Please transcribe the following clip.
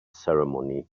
ceremony